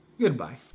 goodbye